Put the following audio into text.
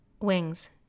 wings